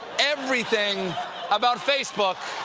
everything about facebook,